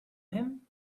him